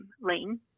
lane